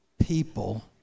people